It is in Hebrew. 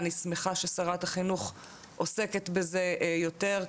אני שמחה ששרת החינוך עוסקת בזה יותר,